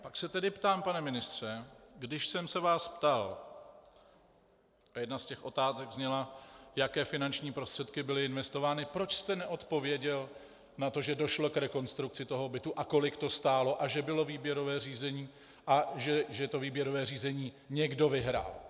Pak se tedy ptám, pane ministře, když jsem se vás ptal, a jedna z těch otázek zněla, jaké finanční prostředky byly investovány, proč jste neodpověděl na to, že došlo k rekonstrukci toho bytu a kolik to stálo a že bylo výběrové řízení a že to výběrové řízení někdo vyhrál.